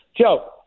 Joe